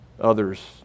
others